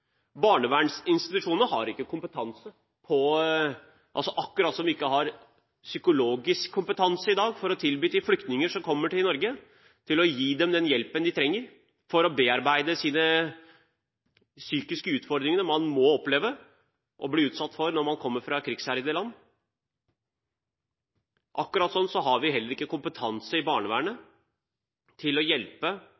har ikke kompetanse på dette. Akkurat som de i dag ikke har psykologisk kompetanse til å tilby flyktninger som kommer til Norge den hjelpen de trenger for å bearbeide de psykiske utfordringene man kan oppleve å bli utsatt for når man kommer fra krigsherjede land, har barnevernet heller ikke kompetanse til å hjelpe de barna og de familiene som trenger hjelp i